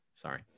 Sorry